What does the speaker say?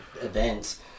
events